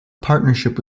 partnership